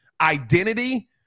identity